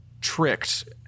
Tricked